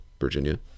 Virginia